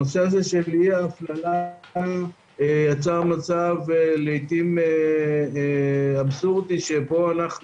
הנושא של אי ההפללה יצר מצב לעיתים אבסורדי שבו אנחנו